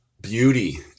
beauty